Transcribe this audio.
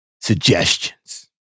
suggestions